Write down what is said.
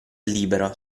libero